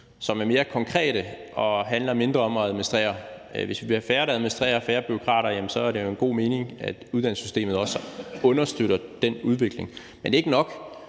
som er mere konkrete og handler mindre om at administrere. Hvis vi bliver færre, der administrerer, og færre bureaukrater, giver det jo god mening, at uddannelsessystemet også understøtter den udvikling. Men det er ikke nok.